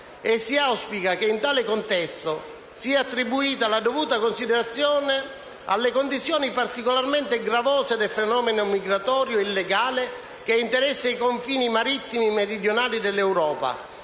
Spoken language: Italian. e si auspica che in tale contesto sia attribuita la dovuta considerazione alle condizioni, particolarmente gravose, del fenomeno migratorio illegale, che interessa i confini marittimi meridionali dell'Europa,